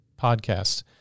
podcasts